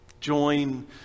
Join